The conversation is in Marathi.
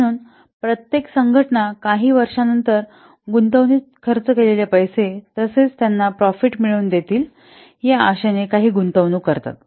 म्हणून प्रत्येक संघटना काही वर्षानंतर गुंतवणूकीत खर्च केलेले पैसे तसेच त्यांना प्रॉफिट मिळवून देतील या आशेने काही गुंतवणूक करतात